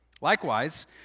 Likewise